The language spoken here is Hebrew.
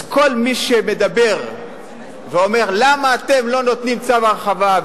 אז כל מי שמדבר ואומר: למה אתם לא נותנים צו הרחבה,